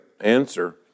answer